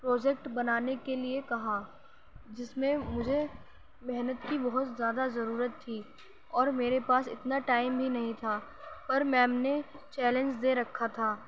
project بنانے کے لیے کہا جس میں مجھے محنت کی بہت زیادہ ضرورت تھی اور میرے پاس اتنا ٹائم بھی نہیں تھا پر میم نے چیلنج دے رکھا تھا